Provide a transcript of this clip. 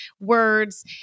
words